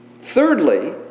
Thirdly